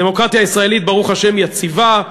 הדמוקרטיה הישראלית, ברוך השם, יציבה.